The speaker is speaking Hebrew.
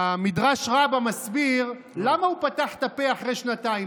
מדרש רבה מסביר: למה הוא פתח את הפה אחרי שנתיים?